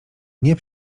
nie